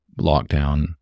lockdown